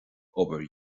obair